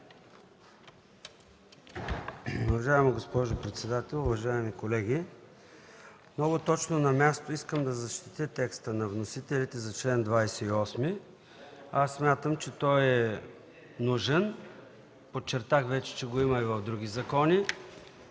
Уважаема госпожо председател, уважаеми колеги! Много точно на място искам да защитя текста на вносителите за чл. 28. Смятам, че той е нужен, подчертах вече, че го има и в други закони